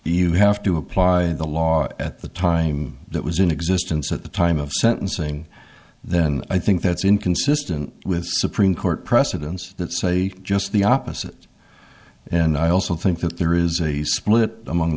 you have to apply the law at the time that was in existence at the time of sentencing then i think that's inconsistent with the supreme court precedents that say just the opposite and i also think that there is a split among